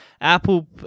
apple